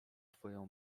twoją